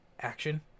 action